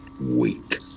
week